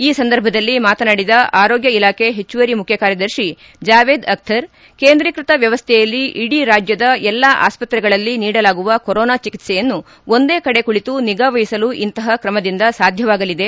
ಈ ಸಂದರ್ಭದಲ್ಲಿ ಮಾತನಾಡಿದ ಆರೋಗ್ಗ ಇಲಾಖೆ ಹೆಚ್ಚುವರಿ ಮುಖ್ಯ ಕಾರ್ಯದರ್ತಿ ಜಾವೇದ್ ಅಖ್ತರ್ ಕೇಂದ್ರೀಕೃತ ವ್ಯವಸ್ಥೆಯಲ್ಲಿ ಇಡೀ ರಾಜ್ಯದ ಎಲ್ಲಾ ಆಸ್ತೆಗಳ ಕೊರೊನಾ ಚಿಕಿತೆಯನ್ನು ಒಂದೇ ಕಡೆ ಕುಳಿತು ನಿಗಾವಹಿಸಲು ಇಂತಪ ಕ್ರಮದಿಂದ ಸಾಧ್ಯವಾಗಲಿದೆ